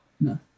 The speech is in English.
No